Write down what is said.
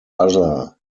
other